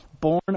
Born